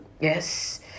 Yes